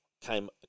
came